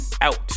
out